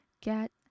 Get